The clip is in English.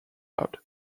out